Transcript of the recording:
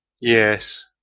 Yes